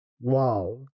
Wow